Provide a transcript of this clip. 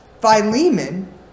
Philemon